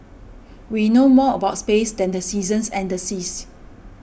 we know more about space than the seasons and the seas